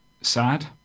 sad